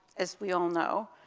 as we all know,